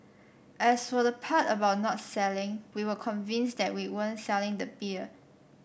as for the part about not selling we were convinced that we weren't selling the beer